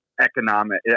economic